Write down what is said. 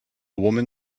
woman